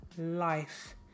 life